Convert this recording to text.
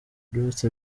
byose